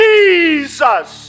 Jesus